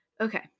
Okay